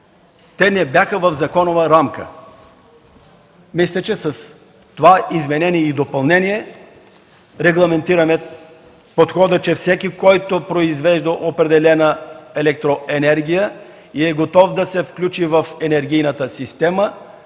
те не бяха в законова рамка. Мисля, че с това изменение и допълнение регламентираме подхода, че всеки, който произвежда определена електроенергия и е готов да се включи в енергийната система,